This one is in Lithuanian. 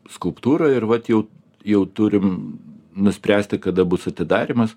skulptūrą ir vat jau jau turim nuspręsti kada bus atidarymas